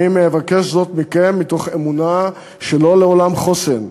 אני מבקש זאת מכם מתוך אמונה שלא לעולם חוסן,